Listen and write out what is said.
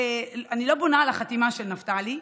אני לא בונה על החתימה של נפתלי,